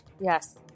Yes